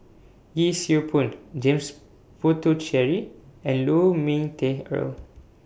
Yee Siew Pun James Puthucheary and Lu Ming Teh Earl